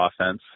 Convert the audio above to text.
offense